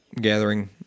gathering